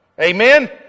Amen